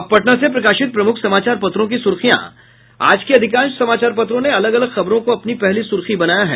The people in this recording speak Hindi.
अब पटना से प्रकाशित प्रमुख समाचार पत्रों की सुर्खियां आज के अधिकांश समाचार पत्रों ने अलग अलग खबरों को अपनी पहली सुर्खी बनाया है